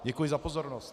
Děkuji za pozornost.